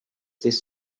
this